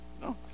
No